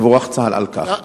יבורך צה"ל על כך.